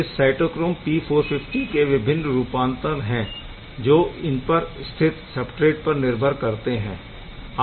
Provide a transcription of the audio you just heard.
इस cytochrome P450 के विभिन्न रूपांतर है जो इनपर स्थित सबस्ट्रेट पर निर्भर करते है